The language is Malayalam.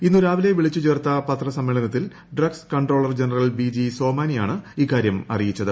ഇന്ന് രാവിലെ വിളിച്ച് ചേർത്ത പത്രസമ്മേളനത്തിൽ drugs controller general V G സോമാനിയാണ് ഇക്കാര്യം അറിയിച്ചത്